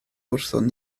wrthon